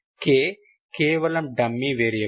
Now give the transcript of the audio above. k కేవలం dummy variable